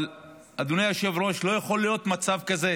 אבל אדוני היושב-ראש, לא יכול להיות מצב כזה